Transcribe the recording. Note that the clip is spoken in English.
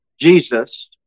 Jesus